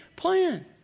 plan